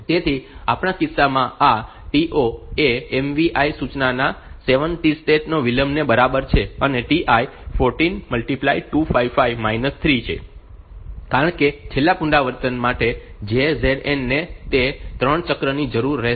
તેથી આપણા કિસ્સામાં આ To એ MVI સૂચનાના 7 T સ્ટેટ્સ વિલંબની બરાબર છે અને Tl 14255 3 છે કારણ કે છેલ્લા પુનરાવર્તન માટે JZN ને તે 3 ચક્રની જરૂર રહેશે નહીં